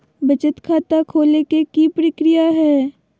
बचत खाता खोले के कि प्रक्रिया है?